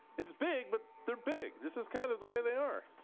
it's big, but they're big. this is kind of the way they are.